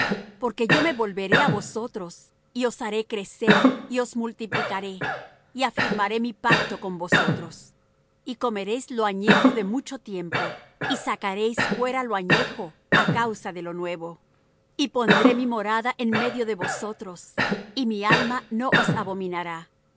porque yo me volveré á vosotros y os haré crecer y os multiplicaré y afirmaré mi pacto con vosotros y comeréis lo añejo de mucho tiempo y sacareis fuera lo añejo á causa de lo nuevo y pondré mi morada en medio de vosotros y mi alma no os abominará